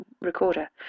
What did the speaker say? recorder